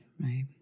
right